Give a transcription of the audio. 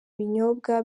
ibinyobwa